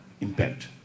impact